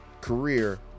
career